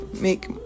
make